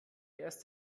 erst